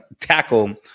tackle